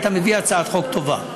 אתה מביא הצעת חוק טובה,